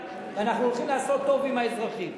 ואנחנו הולכים לעשות טוב עם האזרחים.